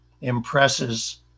impresses